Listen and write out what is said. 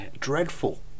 Dreadful